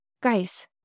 Guys